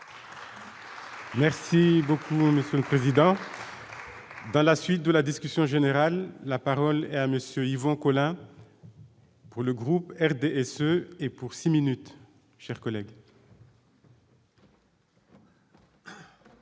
Merci beaucoup, une président. à la suite de la discussion générale, la parole est à monsieur Yvon Collin. Pour le groupe RDSE et pour 6 minutes chers collègues.